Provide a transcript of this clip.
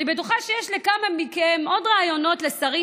אני בטוחה שיש לכמה מכם עוד רעיונות לשרים,